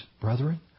brethren